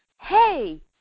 hey